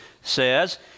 says